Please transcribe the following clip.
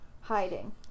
hiding